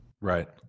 Right